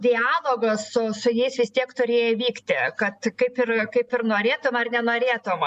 dialogas su su jais vis tiek turėjo vykti kad kaip ir kaip ir norėtum ar nenorėtum